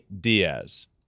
Diaz